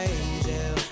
angel